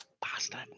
bastard